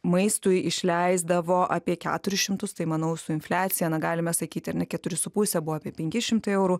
maistui išleisdavo apie keturis šimtus tai manau su infliacija na galime sakyti ar ne keturi su puse buvo apie penki šimtai eurų